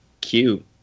cute